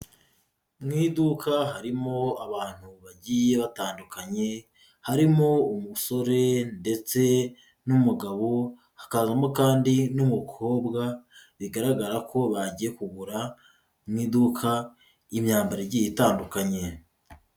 Mu iduka harimo abantu bagiye batandukanye, harimo umusore ndetse n'umugabo, hakazamo kandi n'umukobwa, bigaragara ko bagiye kugura mu iduka imyambaro igiye itandukanye.